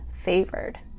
favored